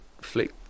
flick